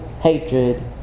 hatred